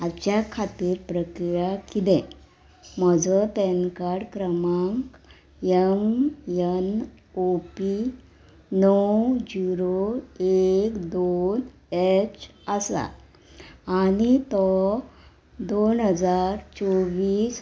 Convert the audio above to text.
हाच्या खातीर प्रक्रिया किदें म्हजो पॅनकार्ड क्रमांक यम एन ओ पी णव झिरो एक दोन एच आसा आनी तो दोन हजार चोवीस